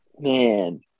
Man